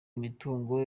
imitungo